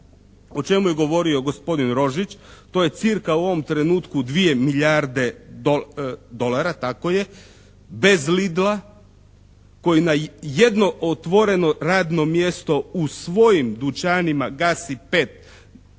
o čemu je govorio gospodin Rožić. To je cca u ovom trenutku 2 milijarde dolara bez lidla koji na jedno otvoreno radno mjesto u svojim dućanima gasi pet u maloj